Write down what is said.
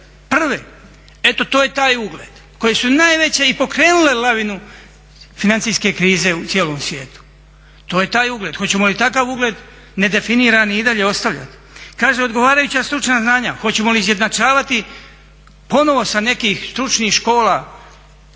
prve. Eto to je taj ugled koji su najveće i pokrenule lavinu financijske krize u cijelom svijetu. To je taj ugled. Hoćemo li takav ugled nedefinirani i dalje ostavljati? Kaže odgovarajuća stručna znanja. Hoćemo li izjednačavat ponovno sa nekih stručnih škola